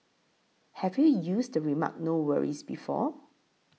have you used the remark no worries before